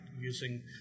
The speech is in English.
using